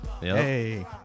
Hey